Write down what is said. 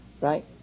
Right